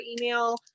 email